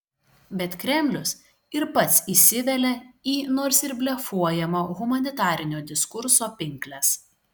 bet kremlius ir pats įsivelia į nors ir blefuojamo humanistinio diskurso pinkles